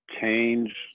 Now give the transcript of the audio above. change